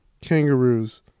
kangaroos